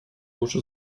уже